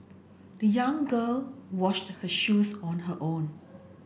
the young girl washed her shoes on her own